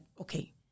okay